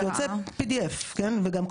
זאת אומרת צריך להכניס מספר דרכון,